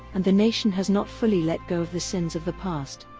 and the nation has not fully let go of the sins of the past.